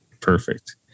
Perfect